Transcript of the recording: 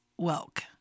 Welk